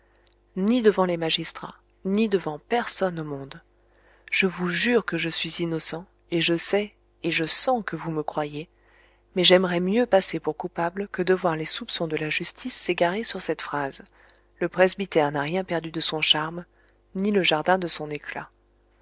ni devant les magistrats ni devant personne au monde je vous jure que je suis innocent et je sais et je sens que vous me croyez mais j'aimerais mieux passer pour coupable que de voir les soupçons de la justice s'égarer sur cette phrase le presbytère n'a rien perdu de son charme ni le jardin de son éclat